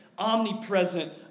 omnipresent